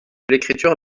l’écriture